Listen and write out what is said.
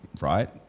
right